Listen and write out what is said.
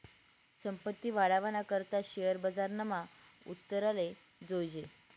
संपत्ती वाढावाना करता शेअर बजारमा उतराले जोयजे